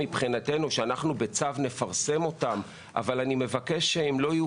מבחינתנו אין בעיה שנפרסם אותן בצו אבל אני מבקש שהן לא תהיינה